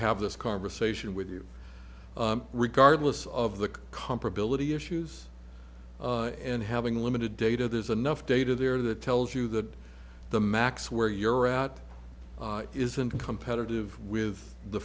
have this conversation with you regardless of the comparability issues and having limited data there's enough data there that tells you that the max where you're at isn't competitive with the